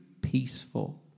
peaceful